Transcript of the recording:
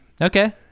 Okay